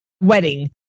wedding